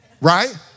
Right